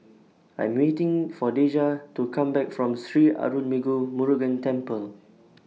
I Am waiting For Deja to Come Back from Sri Arulmigu Murugan Temple